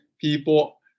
people